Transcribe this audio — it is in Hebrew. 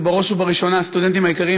ובראש ובראשונה הסטודנטים היקרים